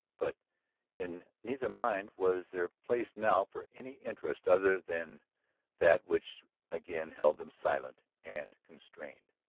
but in neither mind was there place now for any interest other than that which again held them silent and constrained.